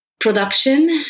Production